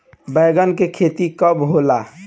बैंगन के खेती कब होला?